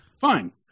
Fine